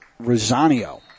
Rosanio